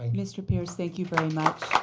and mr. pierce, thank you very much.